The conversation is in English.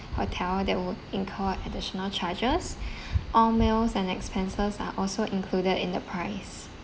hotel that would incur additional charges all meals and expenses are also included in the price